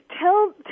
tell